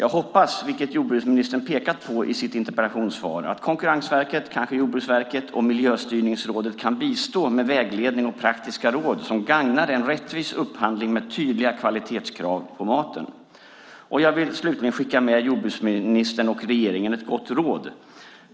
Jag hoppas, vilket jordbruksministern pekat på i sitt interpellationssvar, att Konkurrensverket, kanske Jordbruksverket och Miljöstyrningsrådet kan bistå med vägledning och praktiska råd som gagnar en rättvis upphandling med tydliga kvalitetskrav på maten. Jag vill skicka med jordbruksministern och regeringen ett gott råd.